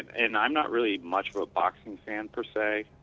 and i'm not really much of a boxing fan per say.